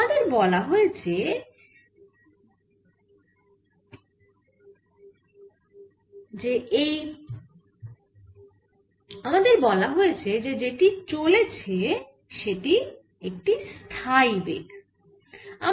আমাদের বলা হয়েছে যে সেটি চলেছে একটি স্থায়ী বেগে